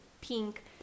pink